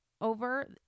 over